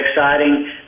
exciting